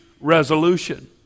resolution